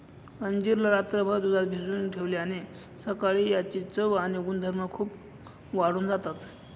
अंजीर ला रात्रभर दुधात भिजवून ठेवल्याने सकाळी याची चव आणि गुणधर्म खूप वाढून जातात